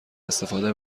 استفاده